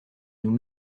nous